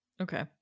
okay